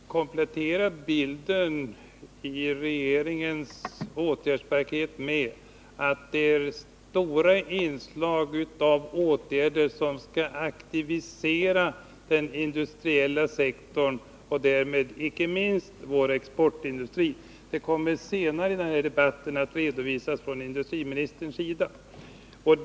Herr talman! Jag vill komplettera bilden av regeringens åtgärdspaket med att framhålla att det rör sig om omfattande åtgärder för att aktivera den industriella sektorn och då icke minst vår exportindustri. Senare i den här debatten kommer industriministern att redogöra för detta.